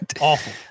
Awful